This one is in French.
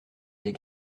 des